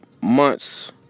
months